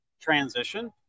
transition